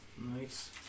Nice